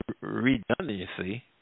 redundancy